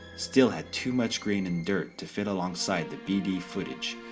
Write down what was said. still had too much grain and dirt to fit along side the bd footage,